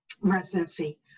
residency